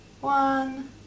One